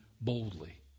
boldly